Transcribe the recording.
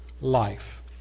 life